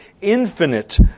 infinite